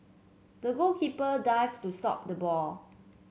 the goalkeeper dived to stop the ball